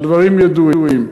הדברים ידועים.